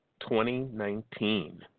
2019